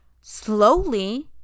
slowly